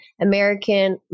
American